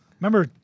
Remember